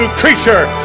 creature